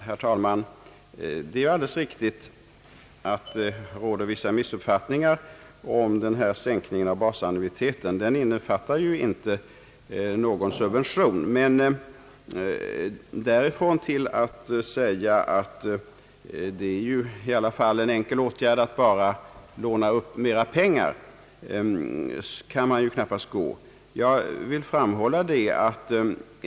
Herr talman! Det är alldeles riktigt att vissa missuppfattningar råder om sänkningen av basannuiteten — den innefattar ju inte någon subvention. Men därifrån och till att säga att det är en enkel sak att bara låna upp mera pengar, kan man knappast gå.